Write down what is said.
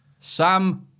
Sam